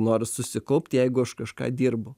noris susikaupt jeigu aš kažką dirbu